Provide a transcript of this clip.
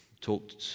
talked